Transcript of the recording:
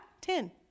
Ten